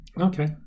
Okay